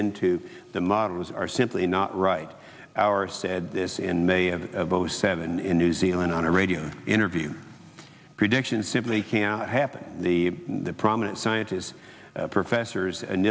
into the models are simply not right our said this in may of both seven in new zealand on a radio interview prediction simply can't happen the prominent scientists professors and